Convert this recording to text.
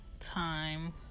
time